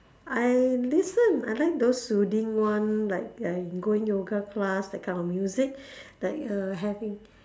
I listen I like those soothing one like I going yoga class that kind of music like having